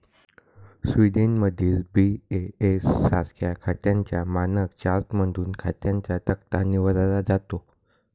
स्वीडनमधील बी.ए.एस सारख्या खात्यांच्या मानक चार्टमधून खात्यांचा तक्ता निवडला जातो